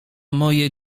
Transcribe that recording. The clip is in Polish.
moje